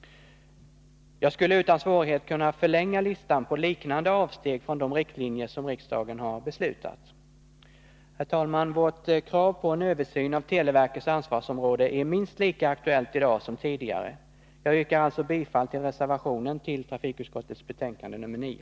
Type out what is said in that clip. Jag skulle utan svårighet kunna förlänga listan på liknande avsteg från de riktlinjer som riksdagen har beslutat. Herr talman! Vårt krav på en översyn av televerkets ansvarsområde är minst lika aktuellt i dag som tidigare. Jag yrkar alltså bifall till reservationen till trafikutskottets betänkande nr 9.